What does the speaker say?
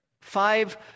Five